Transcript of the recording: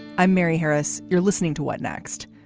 i'm mary harris. you're listening to what next.